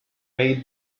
made